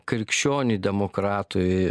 krikščioniui demokratui